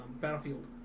Battlefield